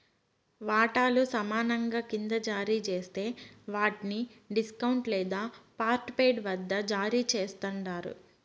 వాటాలు సమానంగా కింద జారీ జేస్తే వాట్ని డిస్కౌంట్ లేదా పార్ట్పెయిడ్ వద్ద జారీ చేస్తండారు